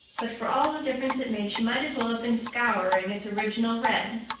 but for all the difference it made she might as well have been scouring its original red.